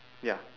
ya